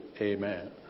Amen